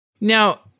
Now